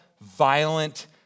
violent